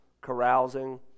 carousing